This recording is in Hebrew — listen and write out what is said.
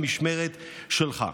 במשמרת שלך.